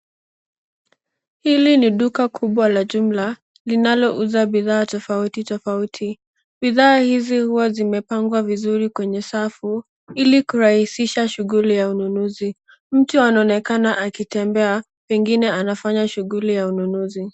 Hili ni duka kubwa la jumla linalouza bidhaa tofauti tofauti. Bidhaa hizi huwa zimepangwa vizuri kwenye safu ili kurahisisha shughuli ya ununuzi. Mtu anaonekana akitembea, pengine anafanya shughuli ya ununuzi.